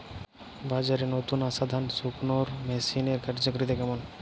বাজারে নতুন আসা ধান শুকনোর মেশিনের কার্যকারিতা কেমন?